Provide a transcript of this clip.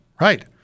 right